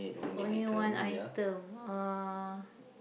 only one item uh